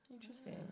Interesting